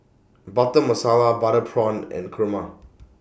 Butter Masala Butter Prawn and Kurma